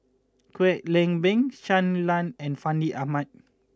Kwek Leng Beng Shui Lan and Fandi Ahmad